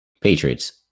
Patriots